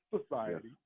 society